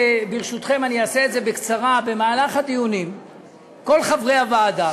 אני אעשה זאת בקצרה: במהלך הדיונים כל חברי הוועדה,